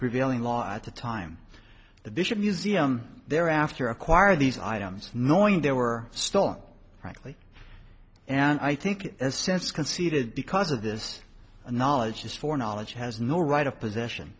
prevailing law at the time the bishop museum there after acquire these items knowing there were still frankly and i think a sense conceded because of this a knowledge just for knowledge has no right of pos